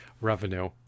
revenue